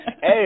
Hey